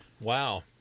Wow